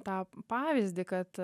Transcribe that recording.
tą pavyzdį kad